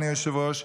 אדוני היושב-ראש,